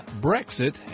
Brexit